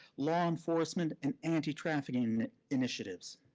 law enforcement, and anti-trafficking initiatives.